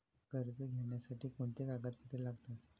कर्ज घेण्यासाठी कोणती कागदपत्रे लागतात?